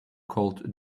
called